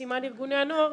בסימן ארגוני הנוער